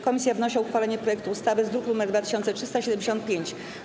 Komisja wnosi o uchwalenie projektu ustawy z druku nr 2375.